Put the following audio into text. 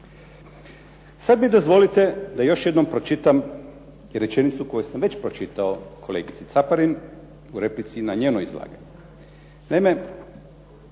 Sad mi dozvolite da još jednom pročitam rečenicu koju sam već pročitao kolegici Caparin u replici na njeno izlaganje.